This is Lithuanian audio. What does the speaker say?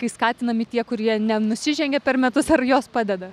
kai skatinami tie kurie nenusižengė per metus ar jos padeda